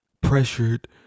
pressured